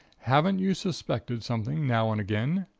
haven't you suspected something, now and again?